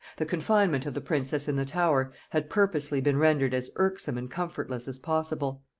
the confinement of the princess in the tower had purposely been rendered as irksome and comfortless as possible.